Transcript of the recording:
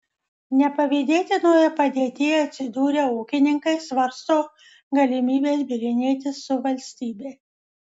nepavydėtinoje padėtyje atsidūrę ūkininkai svarsto galimybes bylinėtis su valstybe